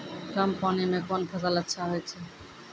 कम पानी म कोन फसल अच्छाहोय छै?